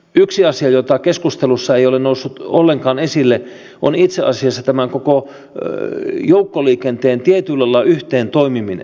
yksi asia joka keskustelussa ei ole noussut ollenkaan esille on itse asiassa tämän koko joukkoliikenteen tietyllä lailla yhteen toimiminen